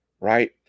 right